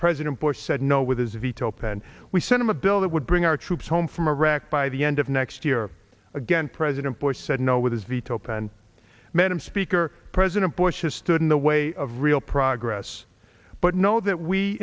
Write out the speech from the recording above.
president bush said no with his veto pen we sent him a bill that would bring our troops home from iraq by the end of next year again president bush said no with his veto pen madam speaker president bush has stood in the way of real progress but know that we